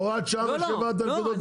הוראת שעה מה שהעברת בנקודות זיכוי?